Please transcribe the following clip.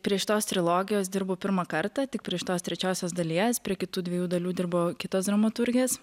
prie šitos trilogijos dirbu pirmą kartą tik prie šitos trečiosios dalies prie kitų dviejų dalių dirbo kitos dramaturgės